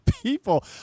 people